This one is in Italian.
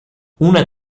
una